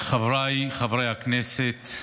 חבריי חברי הכנסת,